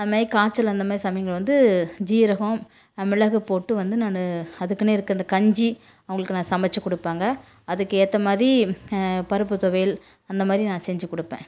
அது மாதிரி காய்ச்சல் அந்த மாதிரி சமயங்கள் வந்து ஜீரகம் மிளகு போட்டு வந்து நான் அதுக்குனே இருக்க இந்த கஞ்சி அவங்களுக்கு நான் சமைச்சிக் கொடுப்பேங்க அதுக்கு ஏற்ற மாதிரி பருப்பு துவையல் அந்த மாதிரி நான் செஞ்சிக் கொடுப்பேன்